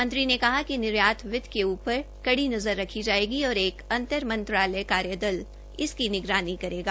मंत्री ने कहा कि निर्यात वित्त के उपर कड़ी नजर रखी जायेगी और एक अंतरमंत्रालय कार्यदल इस की निगरानी करेगा